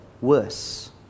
worse